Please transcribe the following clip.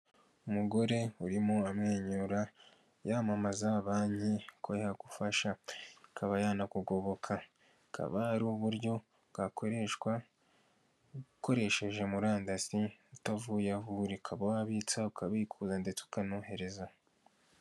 Umugore urimo amwenyura yamamaza banki ko yagufasha ikaba yanakugoboka. Ikaba ari uburyo bwakoreshwa ukoresheje murandasi utavuye aho uri; ukaba wabitsa, ukabikuza ndetse ukanohereza.